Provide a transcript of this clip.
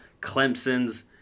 Clemson's